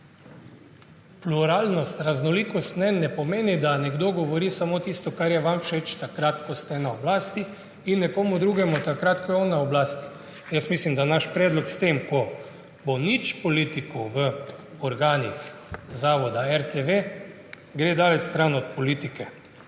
Pluralnost, raznolikost mnenj ne pomeni, da nekdo govori samo tisto, kar je vam všeč, ko ste na oblasti, in nekomu drugemu takrat, ko je on na oblasti. Jaz mislim, da naš predlog s tem, ko bo nič politikov v organih zavoda RTV, gre daleč stran od politike.